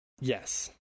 yes